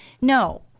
No